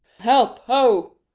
help, ho!